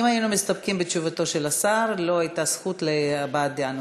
אם היינו מסתפקים בתשובתו של השר לא הייתה זכות להבעת דעה נוספת.